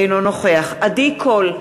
אינו נוכח עדי קול,